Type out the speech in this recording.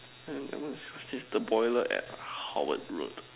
I'm gonna search this the boiler at Howard road